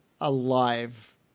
alive